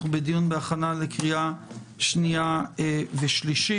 אנחנו בדיון בהכנה לקריאה שנייה ושלישית.